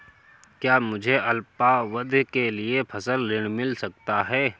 क्या मुझे अल्पावधि के लिए फसल ऋण मिल सकता है?